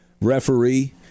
referee